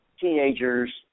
teenagers